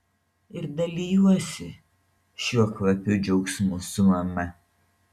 ir dalijuosi šiuo kvapiu džiaugsmu su mama